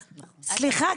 סליחה,